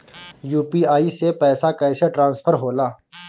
UPI से पैसा कैसे ट्रांसफर होला?